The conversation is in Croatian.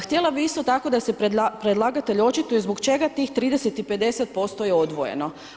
Htjela bi isto tako da se predlagatelj očituje zbog čega tih 30 i 50% je odvojeno.